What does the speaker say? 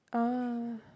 ah